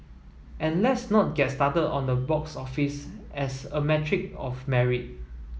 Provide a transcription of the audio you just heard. and let's not get started on the box office as a metric of merit